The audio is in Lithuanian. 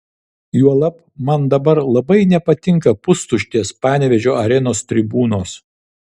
juolab man dabar labai nepatinka pustuštės panevėžio arenos tribūnos